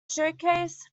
showcase